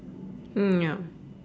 mm ya